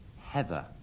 Heather